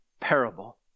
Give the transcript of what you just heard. parable